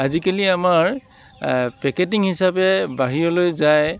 আজিকালি আমাৰ পেকেটিং হিচাপে বাহিৰলৈ যায়